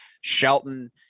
Shelton